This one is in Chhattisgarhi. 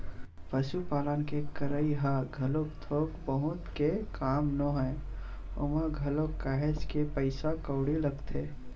पसुपालन के करई ह घलोक थोक बहुत के काम नोहय ओमा घलोक काहेच के पइसा कउड़ी लगथे